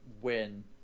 win